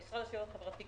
המשרד לשוויון חברתי,